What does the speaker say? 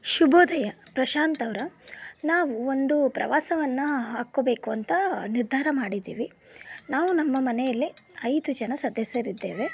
ಶುಭೋದಯ ಪ್ರಶಾಂತ್ ಅವರಾ ನಾವು ಒಂದು ಪ್ರವಾಸವನ್ನು ಹಾಕ್ಕೋಬೇಕು ಅಂತ ನಿರ್ಧಾರ ಮಾಡಿದ್ದೀವಿ ನಾವು ನಮ್ಮ ಮನೆಯಲ್ಲಿ ಐದು ಜನ ಸದಸ್ಯರಿದ್ದೇವೆ